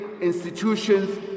institutions